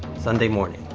sunday morning,